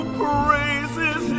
praises